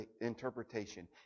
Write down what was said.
interpretation